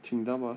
听到 mah